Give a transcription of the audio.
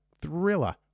thriller